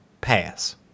pass